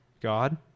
god